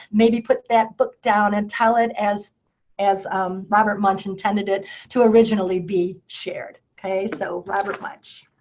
maybe put that book down, and tell it as as um robert munsch intended to to originally be shared, ok? so robert munsch.